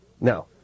no